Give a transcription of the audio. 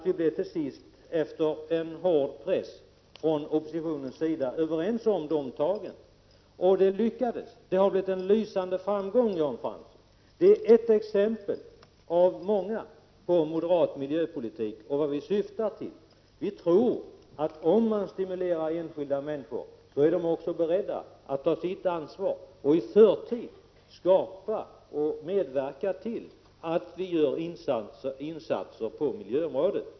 Vi blev till sist, efter en hård press från oppositionens sida, överens om detta. Och det lyckades. Det har blivit en lysande framgång, Jan Fransson. Det är ett exempel av många på moderat miljöpolitik och vad moderaterna syftar till. Vi tror att om man stimulerar enskilda människor är de också beredda att ta sitt ansvar och i förtid skapa och medverka till att vi gör insatser på miljöområdet.